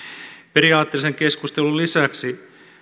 periaatteellisen keskustelun lisäksi